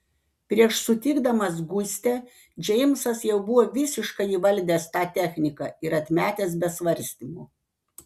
prieš sutikdamas gustę džeimsas jau buvo visiškai įvaldęs tą techniką ir atmetęs be svarstymų